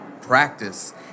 practice